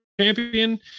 champion